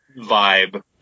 vibe